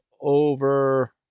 over